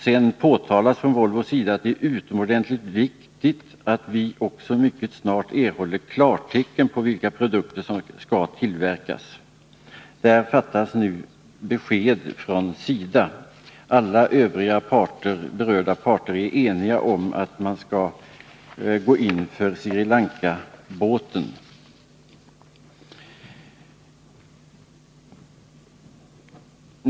Vidare uttalas från Volvos sida att det är utomordentligt viktigt att vi också mycket snart erhåller klartecken om vilka produkter som skall tillverkas. Därvidlag fattas nu besked från SIDA. Alla övriga berörda parter är eniga om att man skall gå in för Sri Lanka-båten.